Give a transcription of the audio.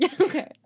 okay